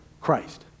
Christ